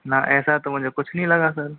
ना ऐसा तो मुझे कुछ नहीं लगा सर